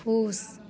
फूस